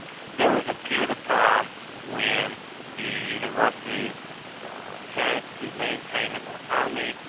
there was a period of time when the university had to maintain its autonomy.